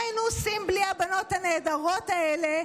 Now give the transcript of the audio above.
היינו עושים בלי הבנות הנהדרות האלה,